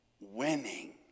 winning